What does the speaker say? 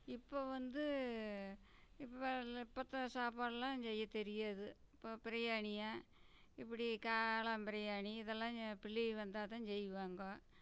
இப்போ வந்து இப்போ இப்பத்தை சாப்பாட் எல்லாம் செய்ய தெரியாது இப்போ பிரியாணியாம் இப்படி காளான் பிரியாணி இதெல்லாம் ஏன் பிள்ளைக வந்தா தான் செய்வாங்க